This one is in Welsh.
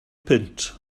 punt